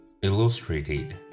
Illustrated